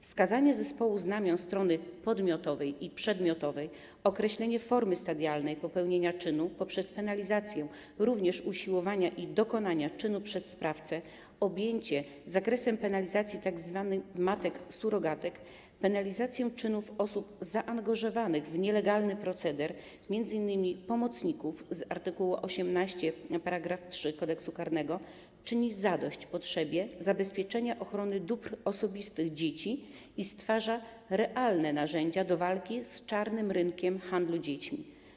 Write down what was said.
Wskazanie zespołu znamion strony podmiotowej i przedmiotowej, określenie formy stadialnej popełnienia czynu poprzez penalizację również usiłowania dokonania czynu przez sprawcę, objęcie zakresem penalizacji tzw. matek surogatek, penalizację czynów osób zaangażowanych w nielegalny proceder, m.in. pomocników z art. 18 § 3 Kodeksu karnego, czyni zadość potrzebie zabezpieczenia ochrony dóbr osobistych dzieci i stwarza realne narzędzie do walki z czarnym rynkiem handlu dziećmi.